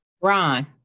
Ron